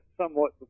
somewhat